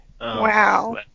wow